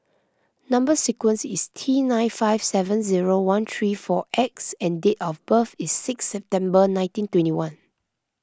Number Sequence is T nine five seven zero one three four X and date of birth is six September nineteen twenty one